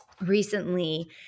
recently